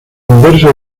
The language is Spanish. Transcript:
inverso